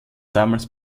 damals